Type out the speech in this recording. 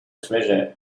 treasure